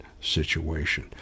situation